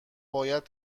باید